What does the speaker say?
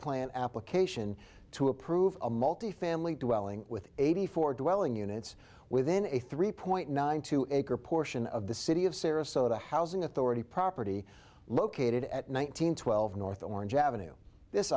plan application to approve a multifamily dwelling with eighty four dwelling units within a three point nine two acre portion of the city of sarasota housing authority property located at nine hundred twelve north orange ave this